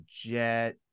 Jet